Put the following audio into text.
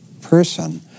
person